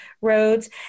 roads